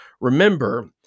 Remember